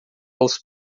aos